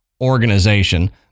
organization